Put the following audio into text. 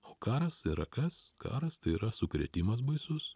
o karas yra kas karas tai yra sukrėtimas baisus